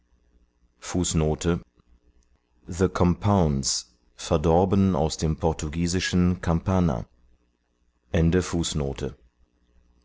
the compounds verdorben aus dem portugiesischen campana